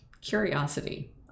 curiosity